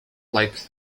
like